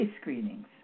screenings